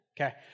Okay